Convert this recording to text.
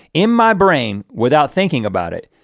in my brain without thinking about it.